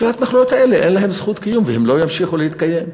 שההתנחלויות האלה אין להן זכות קיום והן לא ימשיכו להתקיים.